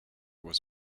was